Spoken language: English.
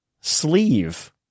Sleeve